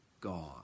God